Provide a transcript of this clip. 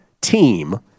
team